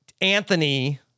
Anthony